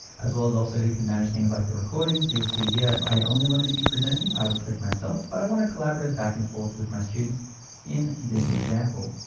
as well as also who can manage things like the recording. so you'll see here, if i only to be presenting, i would click myself. but i wanna collaborative back and forth with my students in this example.